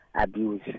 abuse